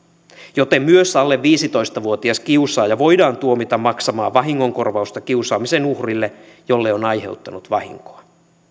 joten myös alle viisitoista vuotias kiusaaja voidaan tuomita maksamaan vahingonkorvausta kiusaamisen uhrille jolle on aiheuttanut vahinkoa